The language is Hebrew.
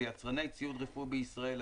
זה יצרני ציוד רפואי בישראל.